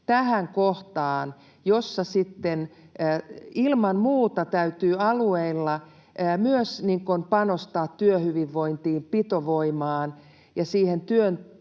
tähän kohtaan. Sitten ilman muuta täytyy alueilla myös panostaa työhyvinvointiin, pitovoimaan ja siihen työn